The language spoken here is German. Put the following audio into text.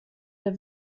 der